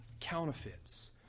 counterfeits